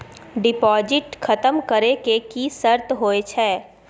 Deposit खतम करे के की सर्त होय छै?